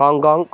Hong Kong